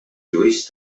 lluís